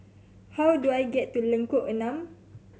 how do I get to Lengkok Enam